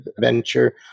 venture